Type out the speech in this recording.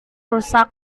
rusak